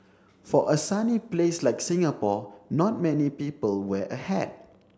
for a sunny place like Singapore not many people wear a hat